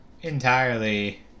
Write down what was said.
entirely